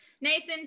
nathan